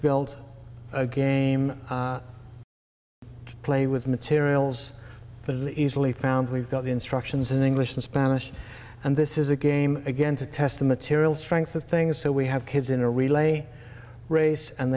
build a game play with materials for the easily found we've got the instructions in english and spanish and this is a game again to test the material strength of things so we have kids in a relay race and